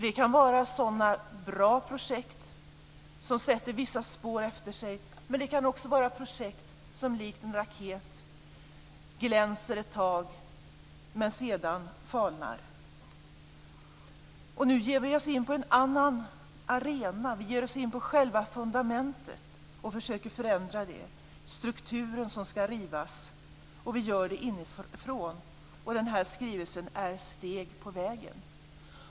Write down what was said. Det kan vara bra projekt som lämnar vissa spår efter sig, men det kan också vara projekt som likt en raket glänser ett tag och sedan falnar. Nu ger vi oss in på en annan arena. Vi ger oss in på själva fundamentet och försöker förändra det. Det är strukturen som ska rivas, och vi gör det inifrån. Och den här skrivelsen är ett steg på vägen.